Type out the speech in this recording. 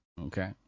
okay